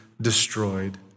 destroyed